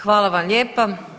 Hvala vam lijepa.